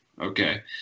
okay